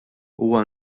huwa